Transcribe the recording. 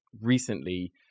recently